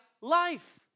life